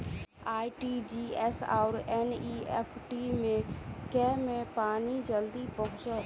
RTGS आओर NEFT मे केँ मे पानि जल्दी पहुँचत